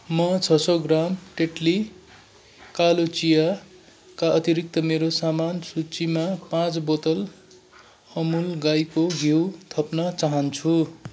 म छ सौ ग्राम टेटली कालो चियाका अतिरिक्त मेरो सामान सूचीमा पाँच बोतल अमुल गाईको घिउ थप्न चाहन्छु